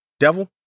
devil